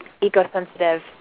eco-sensitive